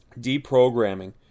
Deprogramming